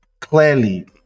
Clearly